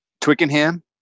Twickenham